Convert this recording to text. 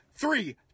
Three